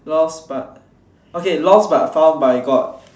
lost but okay lost but found by god